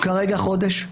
כרגע לחודש.